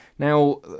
Now